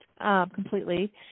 completely